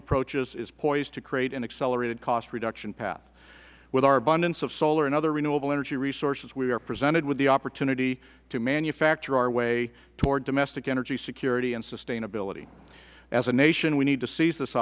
approaches is poised to create an accelerated cost reduction path with our abundance of solar and other renewable energy resources we are presented with the opportunity to manufacture our way toward domestic energy security and sustainability as a nation we need to seize this